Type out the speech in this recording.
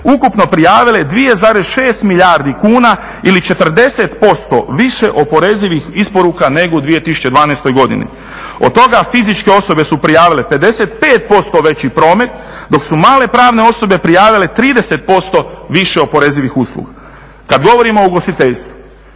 ukupno prijavile 2,6 milijardi kuna ili 40% više oporezivih isporuka nego u 2012. godini. Od toga fizičke osobe su prijavile 55% veći promet, dok su male pravne osobe prijavile 30% više oporezivih usluga. Kad govorimo o ugostiteljstvu,